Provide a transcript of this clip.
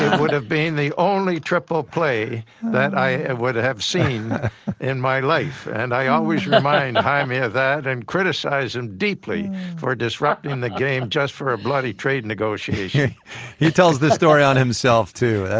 would have been the only triple play that i would have seen in my life. and i always remind jaime of that and criticize him deeply for disrupting the game just for a bloody trade negotiation tells this story on himself too. ah